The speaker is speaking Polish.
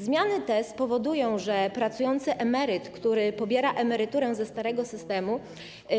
Zmiany te spowodują, że pracujący emeryt, który pobiera emeryturę ze starego systemu,